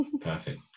perfect